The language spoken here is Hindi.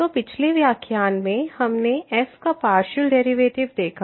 तो पिछले व्याख्यान में हमने f का पार्शियल डेरिवेटिव्स देखा